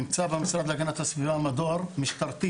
נמצא במשרד להגנת הסביבה מדור משטרתי